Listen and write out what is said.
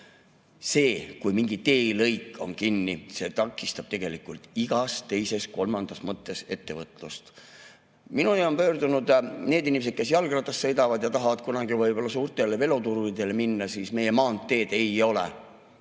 See, kui mingi teelõik on kinni, takistab tegelikult igas teises-kolmandas mõttes ettevõtlust. Minu poole on pöördunud need inimesed, kes jalgrattaga sõidavad ja tahavad kunagi võib-olla suurtele velotuuridele minna. Meie maanteed ei ole